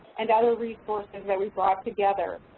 and other resources that we brought together.